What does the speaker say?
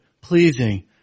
pleasing